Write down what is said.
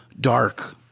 dark